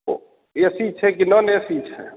ओ AC छै कि non AC छै